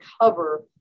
cover